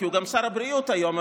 כי הוא גם שר הבריאות היום,